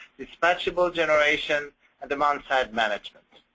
dispatchable generation and the man side management.